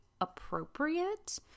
appropriate